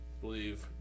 believe